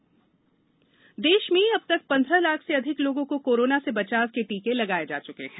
टीकाकरण देश में अब तक पन्द्रह लाख से अधिक लोगों को कोरोना से बचाव के टीके लगाये जा चूके हैं